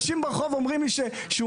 סליחה, אל תפריע לי.